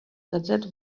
that